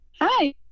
Hi